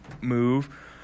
move